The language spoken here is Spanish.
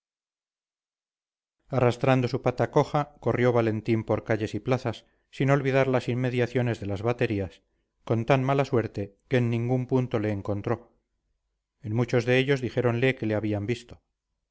arrastrando su pata coja corrió valentín por calles y plazas sin olvidar las inmediaciones de las baterías con tan mala suerte que en ningún punto le encontró en muchos de ellos dijéronle que le habían visto